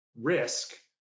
risk